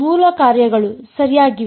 ಮೂಲ ಕಾರ್ಯಗಳು ಸರಿಯಾಗಿವೆ